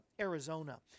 Arizona